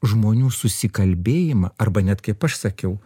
žmonių susikalbėjimą arba net kaip aš sakiau